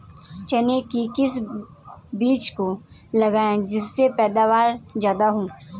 चने के किस बीज को लगाएँ जिससे पैदावार ज्यादा हो?